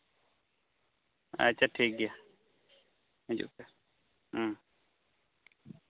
ᱟᱪᱪᱷᱟ ᱴᱷᱤᱠᱜᱮᱭᱟ ᱦᱤᱡᱩᱜ ᱯᱮ